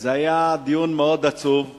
זה היה דיון עצוב מאוד,